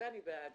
אני בעד זה.